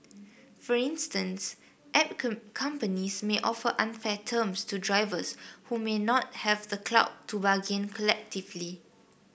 for instance app companies may offer unfair terms to drivers who may not have the clout to bargain collectively